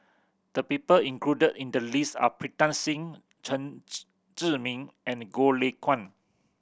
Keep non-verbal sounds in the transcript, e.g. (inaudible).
the people included in the list are Pritam Singh Chen (unintelligible) Zhiming and Goh Lay Kuan